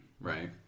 right